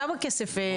כמה כסף דיברו איתך?